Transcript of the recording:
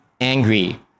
angry